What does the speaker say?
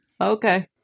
Okay